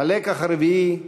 "הלקח הרביעי",